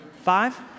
five